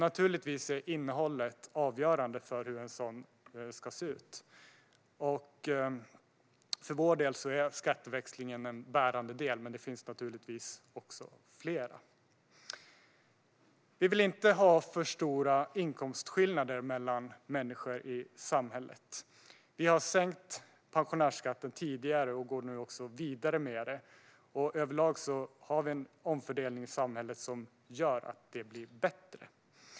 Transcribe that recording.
Naturligtvis är innehållet avgörande för hur en sådan ska se ut, och för vår del är skatteväxlingen en bärande del även om det finns fler. Vi vill inte ha för stora inkomstskillnader mellan människor i samhället. Vi har sänkt pensionärsskatten tidigare och går nu också vidare med det. Överlag har vi en omfördelning i samhället som gör att det blir bättre.